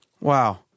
Wow